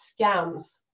scams